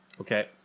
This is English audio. Okay